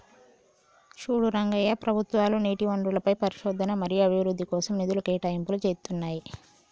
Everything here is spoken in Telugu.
చూడు రంగయ్య ప్రభుత్వాలు నీటి వనరులపై పరిశోధన మరియు అభివృద్ధి కోసం నిధులు కేటాయింపులు చేతున్నాయి